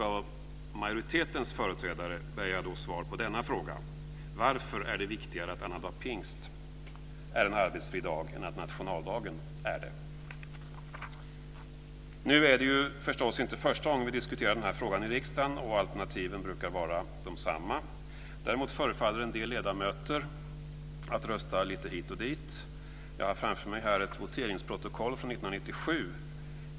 Av majoritetens företrädare begär jag svar på denna fråga: Varför är det viktigare att annandag pingst är en arbetsfri dag än att nationaldagen är det? Nu är det förstås inte första gången vi diskuterar den här frågan i riksdagen, och alternativen brukar vara desamma. Däremot förefaller en del ledamöter rösta lite hit och dit. Jag har här framför mig voteringsprotokoll från 1997.